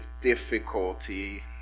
difficulty